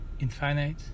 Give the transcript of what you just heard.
Infinite